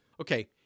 Okay